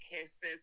kisses